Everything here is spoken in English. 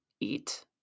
eat